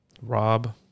Rob